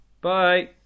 Bye